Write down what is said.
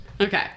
Okay